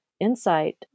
insight